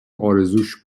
ارزوش